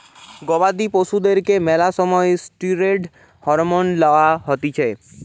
গবাদি পশুদেরকে ম্যালা সময় ষ্টিরৈড হরমোন লওয়া হতিছে